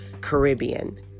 Caribbean